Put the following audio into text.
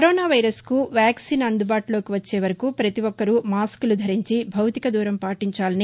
corona వైరస్కు vaccine అందుబాటులోకి వచ్చే వరకు ప్రతి ఒక్కరూ మాస్క్లు ధరించి భౌతిక దూరం పాటించాలని